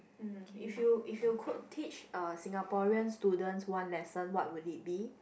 um if you if you could teach a Singaporean students one lesson what will it be